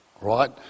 Right